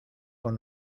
con